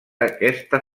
aquesta